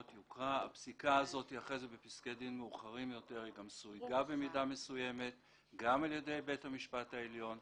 הפסיקה בפסקי דין מאוחרים יותר סויגה על ידי בית המשפט העליון.